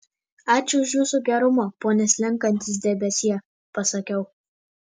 ačiū už jūsų gerumą pone slenkantis debesie pasakiau